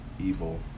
evil